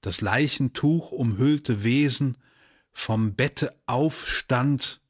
das leichentuchumhüllte wesen vom bette aufstand